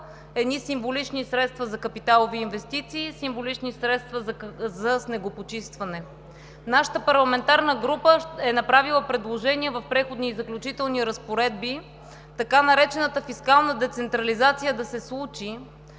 едни символични средства за капиталови инвестиции и символични средства за снегопочистване. Нашата парламентарна група е направила предложение в Преходни и заключителни разпоредби така наречената фискална децентрализация да се случи,